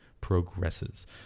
progresses